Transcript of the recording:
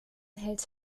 hält